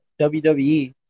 WWE